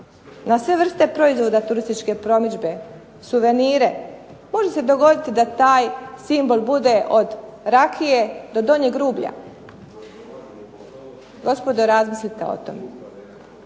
na sve vrste proizvoda turističke promidžbe, suvenire. Može se dogoditi da taj simbol bude od rakije do donjeg rublja. Gospodo, razmislite o tome.